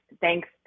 thanks